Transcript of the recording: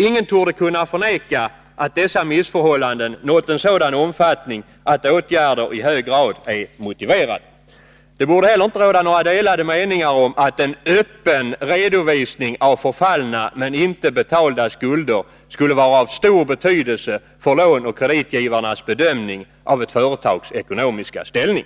Ingen torde kunna förneka att dessa missförhållanden nått en sådan omfattning att åtgärder i hög grad är motiverade. Det borde heller inte råda några delade meningar om att en öppen redovisning av förfallna men inte betalda skulder skulle vara av stor betydelse för lånoch kreditgivarnas bedömning av ett företags ekonomiska ställning.